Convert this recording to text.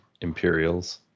Imperials